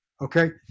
okay